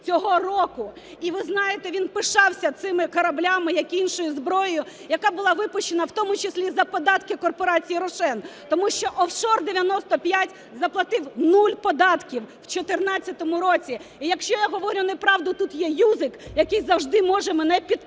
І, ви знаєте, він пишався цими кораблями, як і іншою зброєю, яка була випущена в тому числі за податки корпорації "Рошен". Тому що "офшор-95" заплатив 0 податків в 14-му році. І якщо я говорю неправду, тут є Юзик, який завжди може мене підправити,